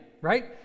right